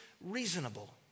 reasonable